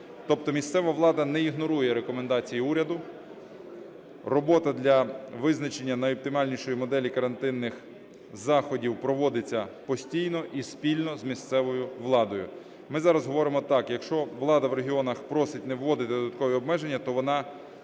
місцева влада не ігнорує рекомендацій уряду. Робота для визначення найоптимальнішої моделі карантинних заходів проводиться постійно і спільно з місцевою владою. Ми зараз говоримо так: якщо влада в регіонах просить не вводити додаткові обмеження, то вона бере на